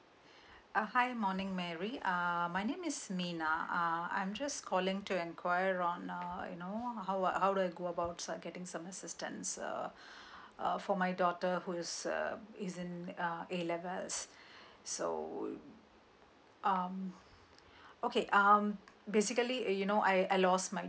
uh hi morning mary uh my name is nina uh I'm just calling to enquire on uh you know how do I how do I go about outside getting some assistance uh uh for my daughter who is in uh A levels so um okay um basically uh you know I I lost my